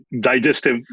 digestive